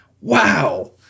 Wow